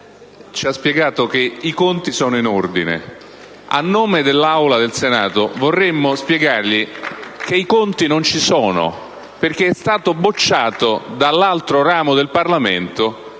ci ha spiegato che i conti sono in ordine. *(Applausi dal Gruppo PdL)*. A nome dell'Aula del Senato, vorremmo spiegargli che i conti non ci sono, perché è stato bocciato dall'altro ramo del Parlamento